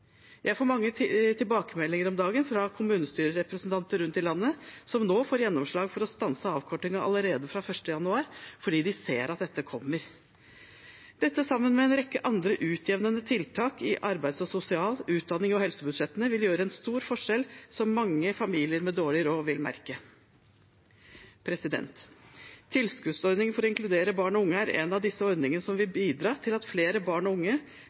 Jeg får mange tilbakemeldinger om dagen fra kommunestyrerepresentanter rundt i landet som nå får gjennomslag for å stanse avkortingen allerede fra 1. januar, fordi de ser at dette kommer. Dette sammen med en rekke andre utjevnende tiltak i arbeids- og sosialbudsjettet, utdanningsbudsjettet og helsebudsjettet vil gjøre en stor forskjell som mange familier med dårlig råd vil merke. Tilskuddsordningen for å inkludere barn og unge er en av disse ordningene som vil bidra til at flere barn og unge